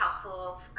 helpful